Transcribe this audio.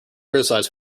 criticized